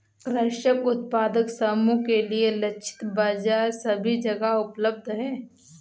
कृषक उत्पादक समूह के लिए लक्षित बाजार सभी जगह उपलब्ध है